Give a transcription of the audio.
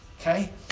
okay